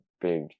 big